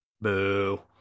Boo